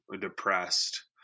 depressed